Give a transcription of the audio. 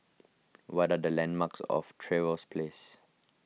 what are the landmarks of Trevose Place